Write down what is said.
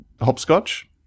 hopscotch